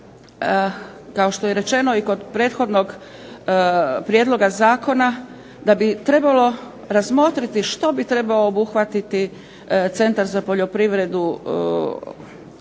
kao što je rečeno i kod prethodnog prijedloga zakona, da bi trebalo razmotriti što bi trebao obuhvatiti Centar za poljoprivredu,